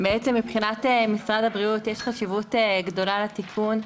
מבחינת משרד הבריאות יש חשיבות גדולה לתיקון.